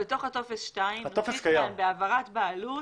בטופס 2, בהעברת בעלות.